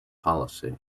policy